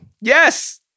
Yes